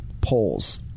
polls